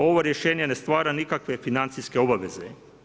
Ovo rješenje ne stvara nikakve financijske obaveze.